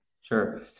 Sure